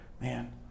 man